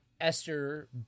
Esther